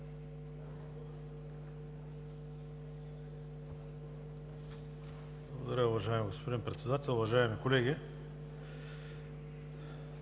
Благодаря, уважаеми господин Председател. Уважаеми колеги!